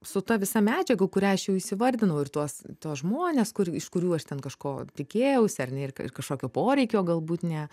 su ta visa medžiaga kurią aš jau įsivardinau ir tuos tuos žmones kur iš iš kurių aš ten kažko tikėjausi ar ne ir kažkokio poreikio galbūt ne